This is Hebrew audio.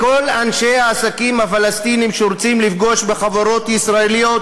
לכל אנשי העסקים הפלסטינים שרוצים לפגוש בחברות ישראליות,